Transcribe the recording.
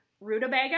rutabaga